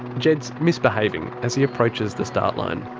jed's misbehaving as he approaches the start line.